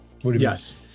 yes